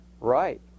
Right